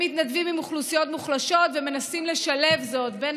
הם מתנדבים עם אוכלוסיות מוחלשות ומנסים לשלב זאת בין